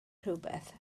rhywbeth